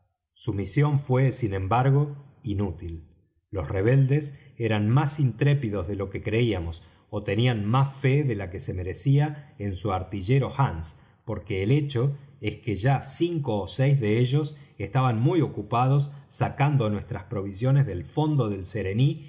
su misión fué sin embargo inútil los rebeldes eran más intrépidos de lo que creíamos ó tenían más fe de la que se merecía en su artillero hands porque el hecho es que ya cinco ó seis de ellos estaban muy ocupados sacando nuestras provisiones del fondo del serení